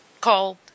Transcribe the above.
called